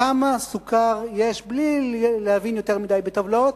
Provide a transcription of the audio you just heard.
כמה סוכר יש, בלי להבין יותר מדי בטבלאות.